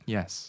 Yes